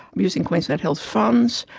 using queensland health funds,